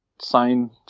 sign